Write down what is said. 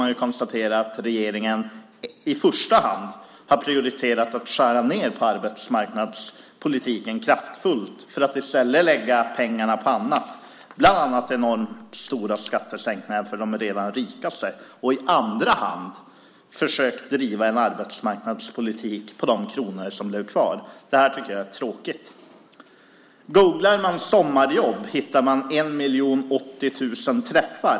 Man kan konstatera att regeringen i första hand har prioriterat att kraftfullt skära ned på arbetsmarknadspolitiken för att i stället lägga pengarna på annat, bland annat stora skattesänkningar för de redan rika. I andra hand har regeringen försökt att driva en arbetsmarknadspolitik på de kronor som blev kvar. Det tycker jag är tråkigt. Googlar man "sommarjobb" får man 1 080 000 träffar.